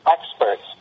experts